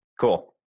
Cool